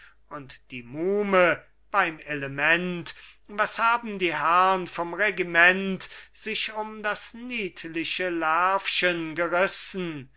und die muhme beim element was haben die herrn vom regiment sich um das niedliche lärvchen gerissen